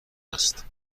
است